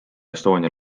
estonia